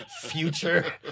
future